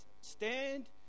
stand